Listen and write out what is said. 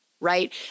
right